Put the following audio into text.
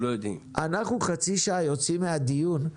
העניים ביותר,